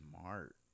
smart